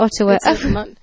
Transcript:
Ottawa